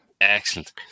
excellent